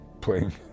playing